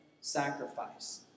sacrifice